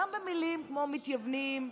גם במילים כמו "מתייוונים",